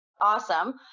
awesome